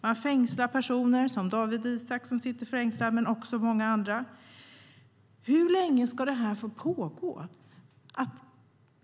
Man fängslar personer, som Dawit Isaak men också många andra. Hur länge ska det här få pågå?